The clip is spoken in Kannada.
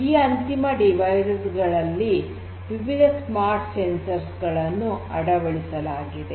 ಈ ಅಂತಿಮ ಸಾಧನಗಳಲ್ಲಿ ವಿವಿಧ ಸ್ಮಾರ್ಟ್ ಸಂವೇದಕಗಳನ್ನು ಅಳವಡಿಸಲಾಗಿವೆ